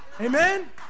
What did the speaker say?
Amen